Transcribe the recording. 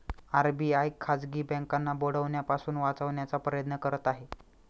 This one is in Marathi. आर.बी.आय खाजगी बँकांना बुडण्यापासून वाचवण्याचा प्रयत्न करत आहे